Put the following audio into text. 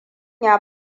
ya